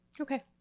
Okay